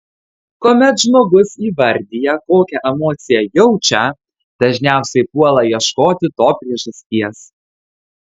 kuomet žmogus įvardija kokią emociją jaučia dažniausiai puola ieškoti to priežasties